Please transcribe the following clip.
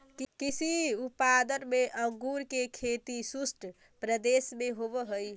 कृषि उत्पाद में अंगूर के खेती शुष्क प्रदेश में होवऽ हइ